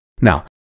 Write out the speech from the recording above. Now